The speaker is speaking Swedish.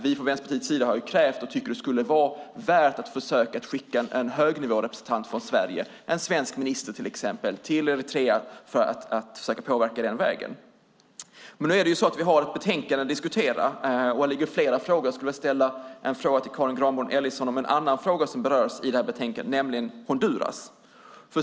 Vi i Vänsterpartiet har krävt - vi tycker att det skulle vara värt ett försök - att en högnivårepresentant från Sverige, en svensk minister till exempel, skickas till Eritrea för att den vägen försöka påverka. Vi har i dag att diskutera ett betänkande som rymmer flera frågor, så jag skulle vilja fråga Karin Granbom Ellison om någonting annat som berörs i betänkandet, nämligen Honduras.